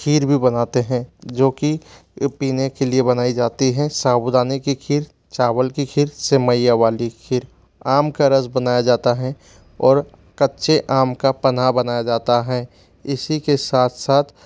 खीर भी बनाते हैं जो कि पीने के लिए बनाई जाती हैं साबूदाने की खीर चावल की खीर सेवीयाँ वाली खीर आम का रस बनाया जाता हैं और कच्चे आम का पन्ना बनाया जाता है इसी के साथ साथ